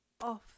off